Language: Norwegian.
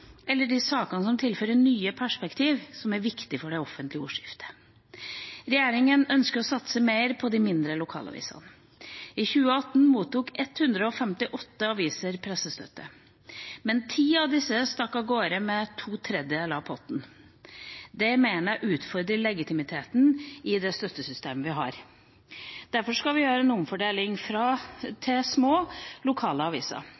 eller de sakene som tilfører nye perspektiver som er viktige for det offentlige ordskiftet. Regjeringa ønsker å satse mer på de mindre lokalavisene. I 2018 mottok 158 aviser pressestøtte, men ti av disse stakk av gårde med to tredjedeler av potten. Det mener jeg utfordrer legitimiteten i det støttesystemet vi har. Derfor skal vi gjøre en omfordeling til små, lokale aviser.